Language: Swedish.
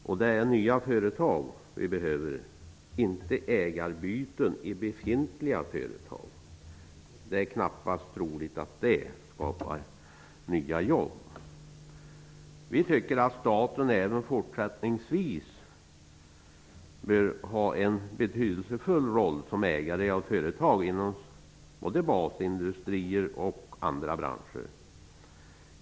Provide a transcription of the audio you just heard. Vi behöver nya företag, inte ägarbyten i befintliga företag. Det är knappast troligt att det skapar nya jobb. Vi tycker att staten även fortsättningsvis bör ha en betydelsefull roll som ägare av företag inom både basindustrin och andra branscher.